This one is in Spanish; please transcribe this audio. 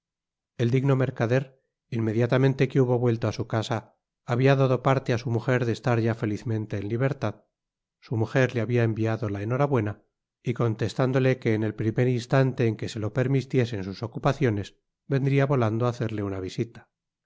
et digno mercader inmediatamente que hubo vuelto á su casa habia dado parte á su mujer de estar ya fetizmente en libertad su mujer le habia enviado la enhorabuena y contestándole que el primer instante en que se lo permitiesen sus ocupaciones vendria volando á hacerle una visita